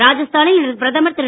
ராஜஸ்தானில் இன்று பிரதமர் திரு